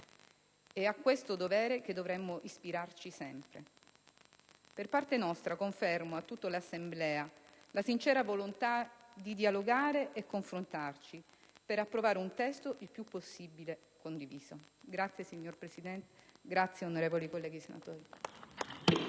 È a questo dovere che dovremmo ispirarci sempre. Per parte nostra, confermo a tutta l'Assemblea la sincera volontà di dialogare e confrontarci, per approvare un testo il più possibile condiviso. Grazie, signora Presidente, grazie, onorevoli colleghi senatori.